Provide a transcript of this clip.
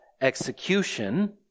execution